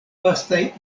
vastaj